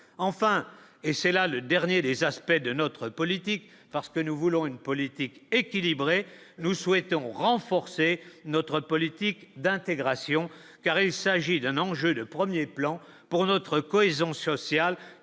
enfin, et c'est là le dernier des aspects de notre politique parce que nous voulons une politique équilibrée, nous souhaitons renforcer notre politique d'intégration, car il s'agit d'un enjeu de 1er plan pour notre cohésion sociale